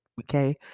Okay